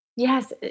Yes